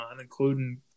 including